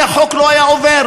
כהתערבותי, החוק לא היה עובר.